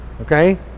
okay